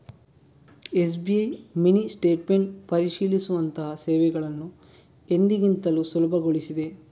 SBI mini statement ಪರಿಶೀಲಿಸುವಂತಹ ಸೇವೆಗಳನ್ನು ಎಂದಿಗಿಂತಲೂ ಸುಲಭಗೊಳಿಸಿದೆ